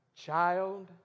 Child